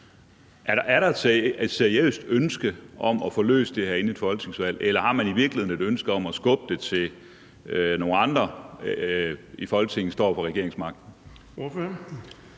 Er der et seriøst ønske om at få løst det her inden et folketingsvalg, eller har man i virkeligheden et ønske om at skubbe det, til nogle andre i Folketinget står med regeringsmagten?